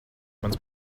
mans